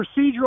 Procedural